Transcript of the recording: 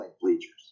bleachers